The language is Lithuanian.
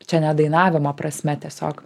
čia ne dainavimo prasme tiesiog